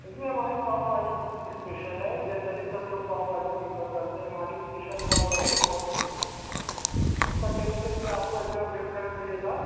جی ہماری پاؤ بھاجی اسپیشل ہے جنرلی سب لوگ پاؤ بھاجی پریفر کرتے ہیں ہماری اسپیشل پاؤ بھاجی بہت فیمس ہے اِس کا ٹیسٹ بھی آپ کو ایک دم ڈفرینٹ ملے گا